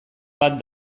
bat